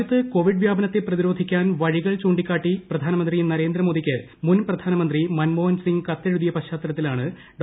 രാജ്യത്ത് കോവിഡ് വ്യാപനത്തെ പ്രതിരോധിക്കാൻ വഴികൾ ചൂണ്ടിക്കാട്ടി പ്രധാനമന്ത്രി നരേന്ദ്രമോദിക്ക് മുൻ പ്രധാനമന്ത്രി മൻമോഹൻ സിങ്ങ് കത്തെഴുതിയ പശ്ചാത്തലത്തിലാണ് ഡോ